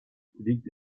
liegt